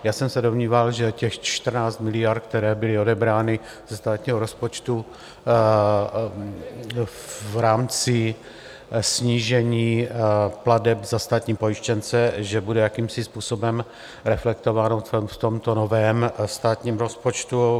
Já jsem se domníval, že těch 14 miliard, které byly odebrány ze státního rozpočtu v rámci snížení plateb za státní pojištěnce, bude jakýmsi způsobem reflektováno v tomto novém státním rozpočtu.